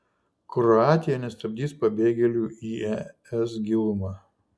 kroatija nestabdys pabėgėlių į es gilumą